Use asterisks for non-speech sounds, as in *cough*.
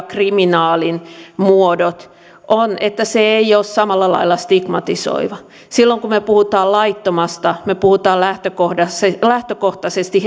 *unintelligible* kriminaalin muodot on se että se ei ole samalla lailla stigmatisoiva silloin kun me puhumme laittomasta me puhumme lähtökohtaisesti *unintelligible*